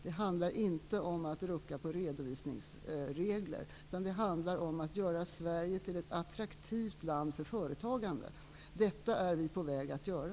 Det handlar inte om att rucka på redovisningsregler, utan det handlar om att göra Sverige till ett attraktivt land för företagande. Det är vi på väg att göra.